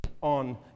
on